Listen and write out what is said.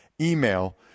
email